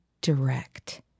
direct